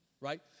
right